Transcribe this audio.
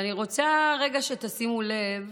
אני רוצה רגע שתשימו לב